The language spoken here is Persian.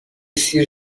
سیر